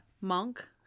Monk